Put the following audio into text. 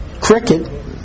cricket